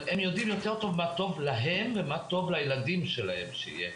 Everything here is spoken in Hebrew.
הם יודעים יותר טוב מה טוב להם ומה טוב לילדים שלהם שיהיו.